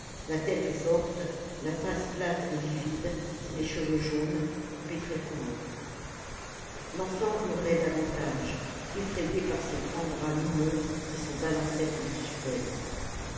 la tête forte la face plate et livide sous les cheveux jaunes coupés très courts l'enfant hurlait davantage effrayée par ces grands bras noueux qui se balançaient au-dessus d'elle